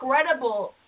incredible